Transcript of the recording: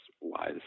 wise